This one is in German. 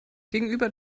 gegenüber